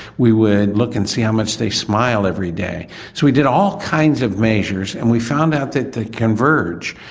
we would look and see how much they smiled every day. so we did all kinds of measures and we found out that they converge.